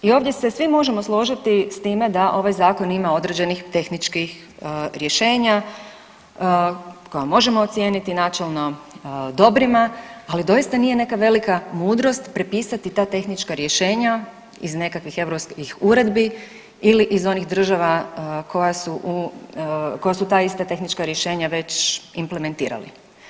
I ovdje se svi možemo složiti s time da ovaj zakon ima određenih tehničkih rješenja koja možemo ocijeniti načelno dobrima, ali doista nije neka velika mudrost prepisati ta tehnička rješenja iz nekakvih europskih uredbi ili iz onih država koja su ta ista tehnička rješenja već implementirali.